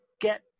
get